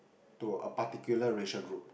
to a particular racial group